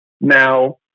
Now